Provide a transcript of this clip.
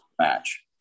match